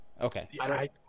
Okay